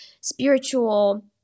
spiritual